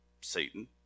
Satan